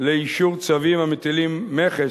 לאישור צווים המטילים מכס,